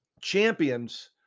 champions